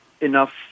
enough